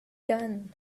done